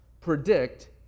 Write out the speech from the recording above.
predict